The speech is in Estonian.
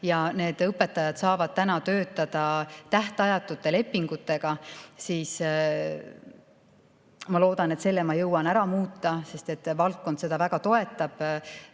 ja need õpetajad saavad täna töötada tähtajatute lepingutega. Ma loodan, et selle ma jõuan ära muuta, sest valdkond seda väga toetab.